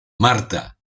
marta